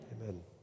amen